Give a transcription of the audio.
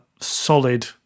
solid